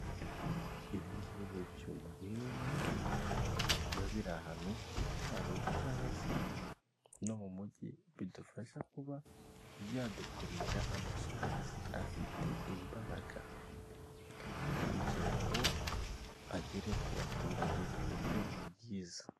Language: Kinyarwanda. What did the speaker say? Umuntu wicaye akaba ari umu mama, akaba afite ibikoresho by'irangururamajwi imbere ye, hakaba hari n'ibindi bikoresho by'ikoranabuhanga ndetse inyuma ye hakaba hari idarapo ry'u Rwanda.